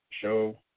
show